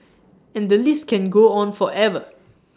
and the list can go on forever